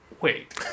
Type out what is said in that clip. wait